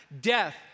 Death